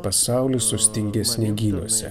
pasaulis sustingęs sniegynuose